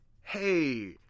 hey